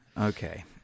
okay